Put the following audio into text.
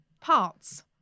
parts